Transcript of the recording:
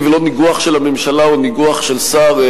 ולא ניגוח של הממשלה או ניגוח של שר.